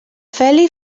feli